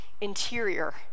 interior